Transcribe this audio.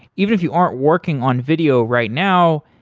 even if you aren't working on video right now,